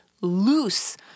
loose